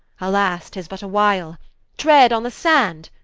alas tis but a while tread on the sand,